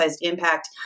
impact